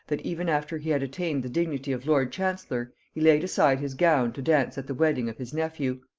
that even after he had attained the dignity of lord chancellor he laid aside his gown to dance at the wedding of his nephew.